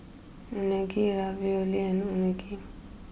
Unagi Ravioli and Unagi